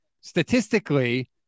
statistically